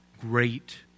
great